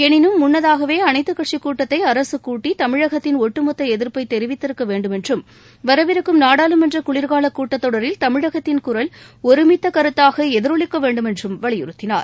எனினும் முன்னதாகவே அனைத்துக் கட்சிக் கூட்டத்தை அரசு கூட்டி தமிழகத்தின் ஒட்டுமொத்த எதிப்பை தெிவித்திருக்க வேண்டுமென்றும் வரவிருக்கும் நாடாளுமன்ற குளிர்கால கூட்டத்தொடரில் தமிழகத்தின் குரல் ஒருமித்த கருத்தாக எதிரொலிக்க வேண்டுமென்றும் வலியுறுத்தினார்